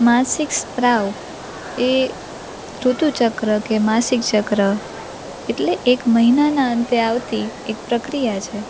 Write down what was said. માસિક સ્ત્રાવ એ ઋતુચક્ર કે માસિક ચક્ર એટલે એક મહિનાના અંતે આવતી એક પ્રક્રિયા છે